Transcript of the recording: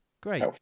great